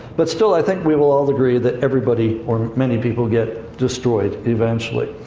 but still, i think we will all agree that everybody, or many people, get destroyed, eventually.